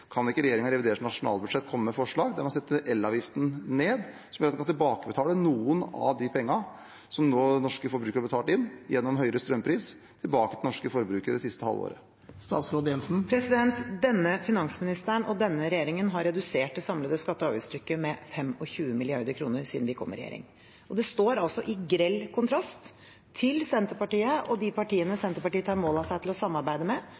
kan ikke regjeringen i revidert nasjonalbudsjett komme med forslag om å sette elavgiften ned og tilbakebetale noen av de pengene som norske forbrukere det siste halve året har betalt inn gjennom høyere strømpris? Denne finansministeren og denne regjeringen har redusert det samlede skatte- og avgiftstrykket med 25 mrd. kr siden vi kom i regjering. Det står i grell kontrast til Senterpartiet og de partiene Senterpartiet tar mål av seg til å samarbeide med,